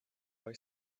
boy